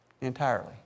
entirely